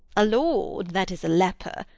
a lord that is a leper,